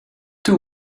two